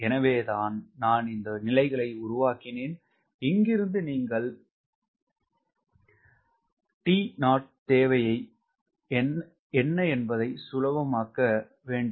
எனவேதான் நான் இந்த நிலைகளை உருவாக்கினேன் இங்கிருந்து நீங்கள் T0 தேவை என்பதை சுலபமாக்க வேண்டும்